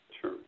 Sure